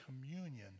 communion